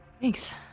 Thanks